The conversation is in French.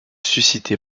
suscité